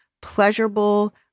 pleasurable